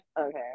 okay